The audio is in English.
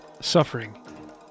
suffering